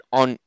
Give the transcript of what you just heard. on